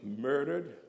murdered